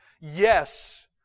Yes